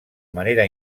manera